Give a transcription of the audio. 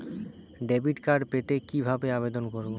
Debit card পেতে কি ভাবে আবেদন করব?